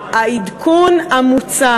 אותו ולא לשפוך את התינוק עם המים.